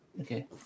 Okay